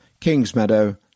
Kingsmeadow